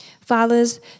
Fathers